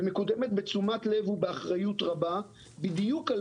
ומקודמת בתשומת לב ובאחריות רבה בדיוק על